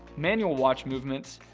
manual watch movements,